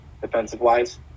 defensive-wise